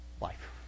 life